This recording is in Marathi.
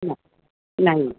हां नाही नाही